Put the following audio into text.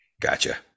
gotcha